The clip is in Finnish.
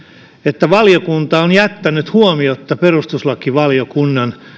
että valiokunta on jättänyt huomiotta perustuslakivaliokunnan